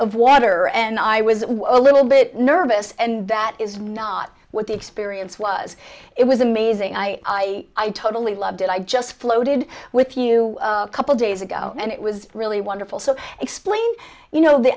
of water and i was a little bit nervous and that is not what the experience was it was amazing i totally loved it i just floated with you a couple days ago and it was really wonderful so explain you know the